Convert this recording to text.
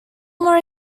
more